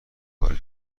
پاره